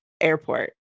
airport